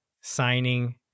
signing